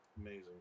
Amazing